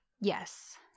Yes